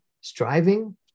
striving